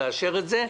לאשר את זה,